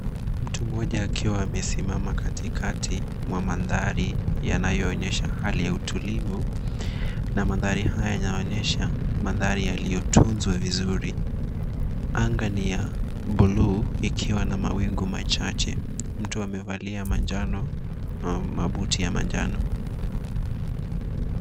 Mtu mmoja akiwa amesimama katikati mwa mandhari yanayoonyesha hali ya utulivu na mandhari haya yanaonyesha mandhari yaliyotunzwa vizuri. Anga ni ya buluu ikiwa na mawingu machache. Mtu amevalia manjano na mabuti ya manjano.